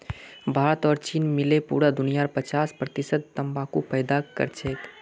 भारत और चीन मिले पूरा दुनियार पचास प्रतिशत तंबाकू पैदा करछेक